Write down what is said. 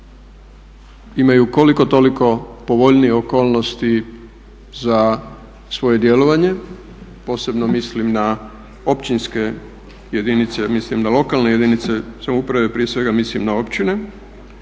imaju koliko toliko povoljnije okolnosti za svoje djelovanje posebno mislim na općinske jedinice, jer mislim na lokalne jedinice samouprave, prije svega mislim na općine.